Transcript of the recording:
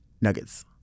nuggets